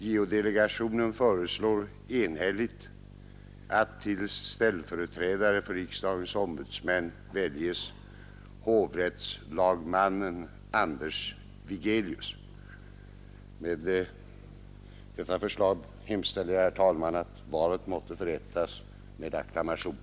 Med detta förslag hemställer jag, herr talman, att valet måtte förrättas med acklamation.